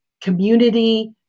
community